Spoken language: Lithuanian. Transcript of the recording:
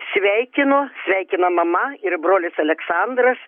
sveikinu sveikina mama ir brolis aleksandras